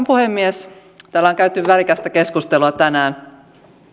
puhemies täällä on käyty värikästä keskustelua tänään ja